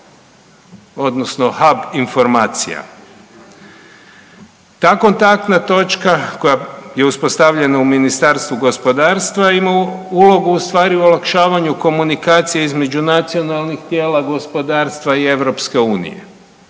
odnosno HUB informacija. Ta Kontaktna točka koja je uspostavljena u Ministarstvu gospodarstva ima ulogu ustvari u olakšavanju komunikacije između nacionalnih tijela gospodarstva i EU.